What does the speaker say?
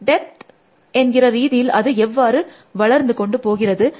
depth என்கிற ரீதியில் அது எவ்வாறு வளர்ந்து கொண்டு போகிறது